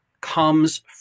comes